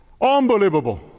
Unbelievable